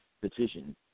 petition